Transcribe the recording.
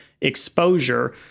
exposure